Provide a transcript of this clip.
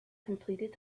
completed